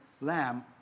Lamb